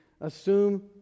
assume